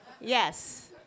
Yes